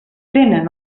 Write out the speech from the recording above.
tenen